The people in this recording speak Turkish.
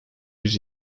yüz